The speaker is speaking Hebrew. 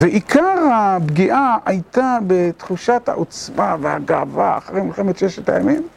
ועיקר הפגיעה הייתה בתחושת העוצמה והגאווה אחרי מלחמת ששת הימים?